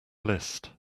list